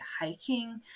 hiking